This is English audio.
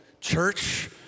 Church